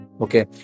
Okay